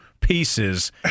pieces